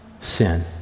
Sin